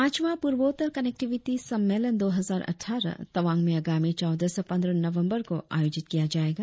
पांचवा पूर्वोत्तर कनेक्टिविटी सम्मेलन दो हजार अट्ठारह तवांग में आगामी चौदह से पंद्रह नवबंर को आयोजित किया जाएगा